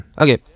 Okay